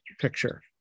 picture